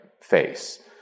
face